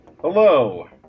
Hello